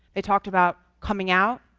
they talked about coming out,